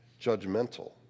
judgmental